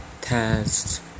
test